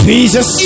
Jesus